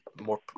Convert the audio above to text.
more